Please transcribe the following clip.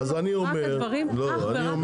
אך ורק הדברים הרלוונטיים.